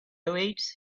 awaits